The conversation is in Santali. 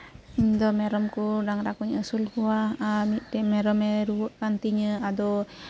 ᱤᱧ ᱫᱚ ᱢᱮᱨᱢ ᱠᱚ ᱰᱟᱝᱨᱟ ᱠᱚᱧ ᱟᱹᱥᱩᱞ ᱠᱚᱣᱟ ᱟᱨ ᱢᱤᱫ ᱴᱮᱱ ᱢᱮᱨᱚᱢ ᱮ ᱨᱩᱣᱟᱹᱜ ᱠᱟᱱ ᱛᱤᱧᱟᱹ ᱟᱫᱚ